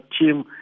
team